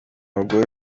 bugoye